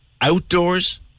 outdoors